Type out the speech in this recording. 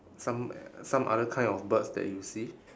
some some other kind of birds that you see